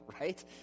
right